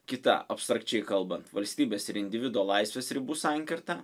kita abstrakčiai kalbant valstybės ir individo laisvės ribų sankirta